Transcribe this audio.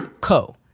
co